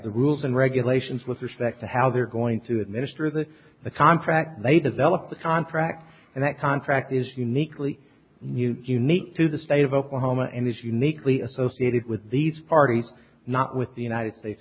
the rules and regulations with respect to how they're going to administer the the contract they develop the contract and that contract is uniquely new unique to the state of oklahoma and is uniquely associated with these parties not with the united states